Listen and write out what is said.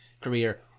career